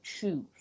choose